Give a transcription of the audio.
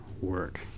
work